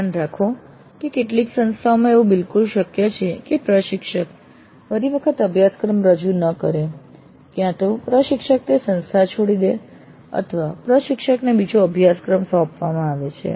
ધ્યાન રાખો કે કેટલીક સંસ્થાઓમાં એવું બિલકુલ શક્ય છે કે પ્રશિક્ષક ફરી વખત અભ્યાસક્રમ રજૂ ન કરે ક્યાં તો પ્રશિક્ષક તે સંસ્થા છોડી દે અથવા તો પ્રશિક્ષકને બીજો અભ્યાસક્રમ સોંપવામાં આવે છે